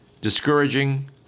discouraging